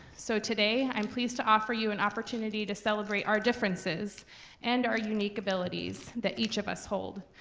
so today i'm pleased to offer you an opportunity to celebrate our differences and our unique abilities that each of us hold,